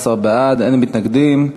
14 בעד, אין מתנגדים.